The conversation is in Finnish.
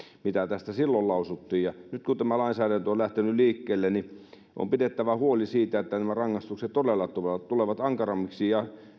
mitä tästä silloin lausuttiin ja nyt kun tämä lainsäädäntö on lähtenyt liikkeelle on pidettävä huoli siitä että nämä rangaistukset todella tulevat tulevat ankarammiksi